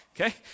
okay